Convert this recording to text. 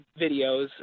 videos